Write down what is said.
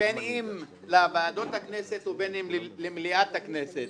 בין אם לוועדות הכנסת ובין אם למליאת הכנסת.